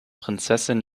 prinzessin